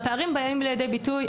(הצגת מצגת) הפערים באים לידי ביטוי,